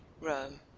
Rome